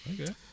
Okay